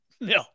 No